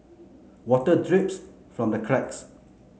water drips from the cracks